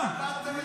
מה?